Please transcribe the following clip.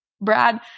Brad